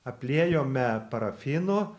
apliejome parafinu